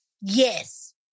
yes